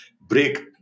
break